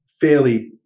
fairly